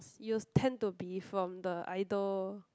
used tend to be from the idol